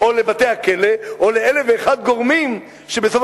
או לבתי-הכלא או לאלף ואחד גורמים שבסופו